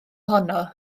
honno